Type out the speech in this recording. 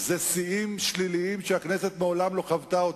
זה שיאים שליליים שהכנסת מעולם לא חוותה.